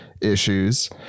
issues